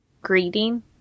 greeting